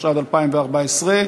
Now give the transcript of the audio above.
התשע"ד 2014,